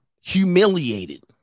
humiliated